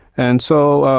and so